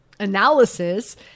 analysis